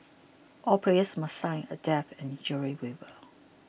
all players must sign a death and injury waiver